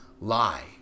lie